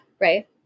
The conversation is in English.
right